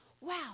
Wow